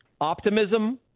optimism